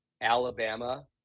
Alabama